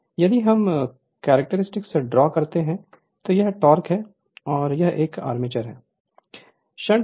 Refer Slide Time 1937 यदि हम characteristic draw करते हैं तो यह टोक़ है यह एक आर्मेचर है